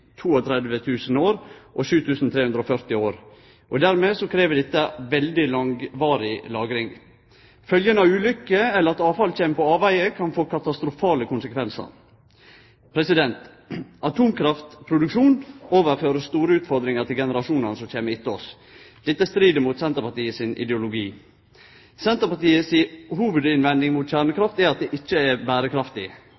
7 340 år. Dermed krev dette veldig langvarig lagring. Ulykker eller det at avfall kjem på avvegar, kan få katastrofale konsekvensar. Atomkraftproduksjon overfører store utfordringar til generasjonane som kjem etter oss. Dette strir mot Senterpartiet sin ideologi. Senterpartiet si hovudinnvending mot